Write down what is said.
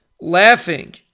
Laughing